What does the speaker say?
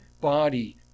body